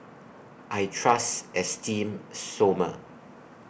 I Trust Esteem Stoma